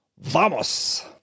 Vamos